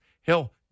Hell